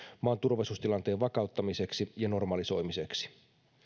maan turvallisuustilanteen vakauttamiseksi ja normalisoimiseksi